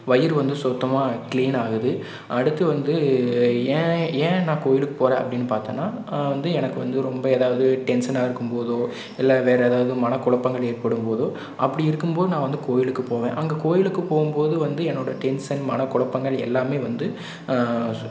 வயிறு வந்து சுத்தமாக க்ளீன் ஆகுது அடுத்து வந்து ஏன் ஏன் நான் கோயிலுக்கு போகறன் அப்படினா வந்து எனக்கு வந்து ரொம்ப எதாவது டென்ஷனாகருக்கும் போதோ இல்லை வேறு எதாவது மனக்குழப்பங்கள் ஏற்படும் போதோ அப்படி இருக்கும் போது நான் வந்து கோயிலுக்கு போவேன் அங்கே கோயிலுக்கு போகும்போது வந்து என்னோட டென்ஷன் மனக்குழப்பங்கள் எல்லாமே வந்து